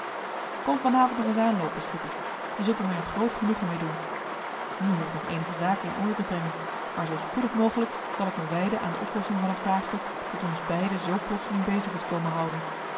kom vanavond nog eens aanloopen schipper je zult er mij een groot genoegen mee doen nu heb ik nog eenige zaken in orde te brengen maar zoo spoedig mogelijk zal ik me wijden aan de oplossing van het vraagstuk dat ons beiden zoo plotseling bezig is komen houden